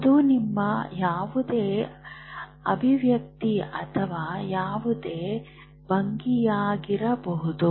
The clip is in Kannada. ಅದು ನಿಮ್ಮ ಯಾವುದೇ ಅಭಿವ್ಯಕ್ತಿ ಅಥವಾ ಯಾವುದೇ ಭಂಗಿಯಾಗಿರಬಹುದು